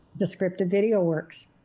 Descriptivevideoworks